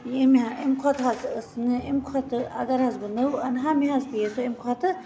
اَمہِ کھۄتہٕ حظ ٲسۍ مےٚ امہِ کھۄتہٕ اگر حظ بہٕ نٔوۍ اَنہٕ ہا مےٚ حظ پے ہَہ سۄ اَمہِ کھۄتہٕ